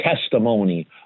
testimony